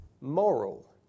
moral